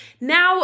now